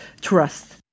trust